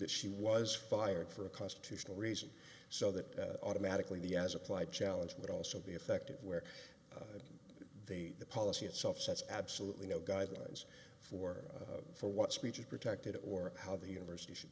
that she was fired for a constitutional reason so that automatically the as applied challenge would also be effective where the policy itself says absolutely no guidelines for for what speech is protected or how the university should